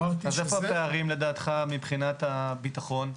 אז איפה הפערים, לדעתך, מבחינת הביטחון?